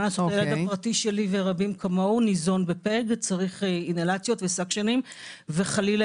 והבן הפרטי שלי ורבים כמוהו ניזון ב- -- וצריך אינהלציות וסאקשנים וחלילה